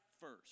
first